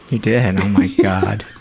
you did oh my god